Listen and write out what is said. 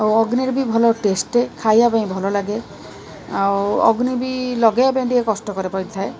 ଆଉ ଅଗ୍ନିର ବି ଭଲ ଟେଷ୍ଟ ଖାଇବା ପାଇଁ ଭଲ ଲାଗେ ଆଉ ଅଗ୍ନି ବି ଲଗାଇବା ପାଇଁ ଟିକେ କଷ୍ଟକର ପଡ଼ିଥାଏ